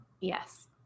yes